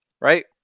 right